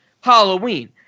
Halloween